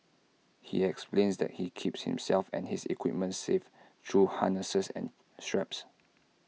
he explains that he keeps himself and his equipment safe through harnesses and straps